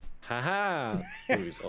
haha